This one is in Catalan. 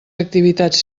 activitats